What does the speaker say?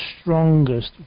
strongest